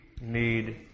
need